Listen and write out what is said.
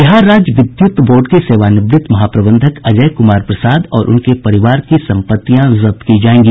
बिहार राज्य विद्युत बोर्ड के सेवानिवृत्त महाप्रबंधक अजय कुमार प्रसाद और उनके परिवार की सम्पत्तियां जब्त की जायेंगी